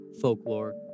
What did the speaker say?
folklore